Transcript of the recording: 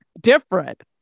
different